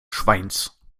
schweins